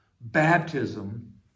Baptism